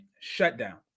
shutdown